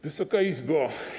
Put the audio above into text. Wysoka Izbo!